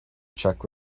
czech